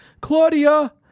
Claudia